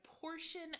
portion